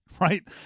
right